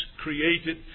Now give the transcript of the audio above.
created